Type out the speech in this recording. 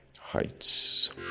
Heights